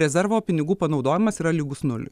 rezervo pinigų panaudojimas yra lygus nuliui